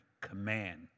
command